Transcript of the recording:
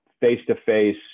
face-to-face